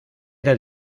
era